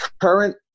current